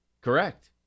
correct